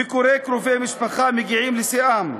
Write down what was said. ביקורי קרובי משפחה מגיעים לשיאם,